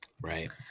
right